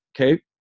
Okay